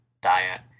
diet